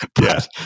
Yes